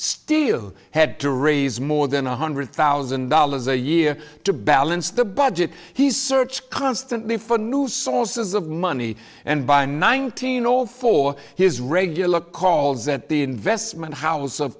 still had to raise more than one hundred thousand dollars a year to balance the budget he search constantly for new sources of money and by nineteen all for his regular calls at the investment house